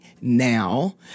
now